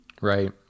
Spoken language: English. Right